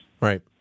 Right